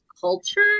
culture